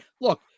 look